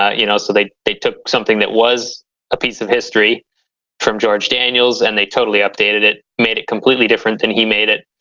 you know? so they they took something that was a piece of history from george daniels and they totally updated it. made it completely different than he made it.